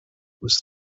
was